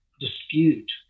dispute